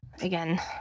again